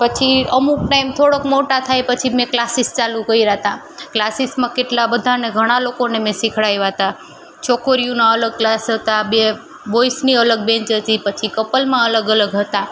પછી અમુક ટાઈમ થોડોક મોટા થાય પછી મેં ક્લાસીસ ચાલુ કર્યા હતા ક્લાસીસમાં કેટલા બધાને ઘણા બધા લોકોને મેં શીખવાડ્યા હતા છોકરીઓના અલગ ક્લાસ હતા એક બોઇસની અલગ બેન્ચ હતી પછી કપલમાં અલગ અલગ હતા